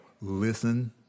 listen